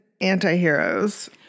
anti-heroes